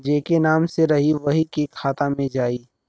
जेके नाम से रही वही के खाता मे जाई